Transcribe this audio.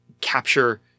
capture